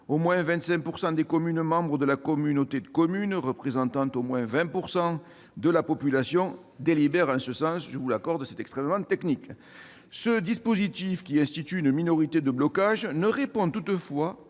au moins 25 % des communes membres de cette communauté de communes, représentant au moins 20 % de la population, ont délibéré en ce sens. Je vous l'accorde, il s'agit d'une disposition extrêmement technique. Ce dispositif, qui institue une minorité de blocage, ne répond toutefois